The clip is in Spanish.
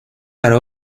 para